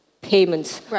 payments